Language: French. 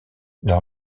leur